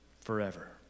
forever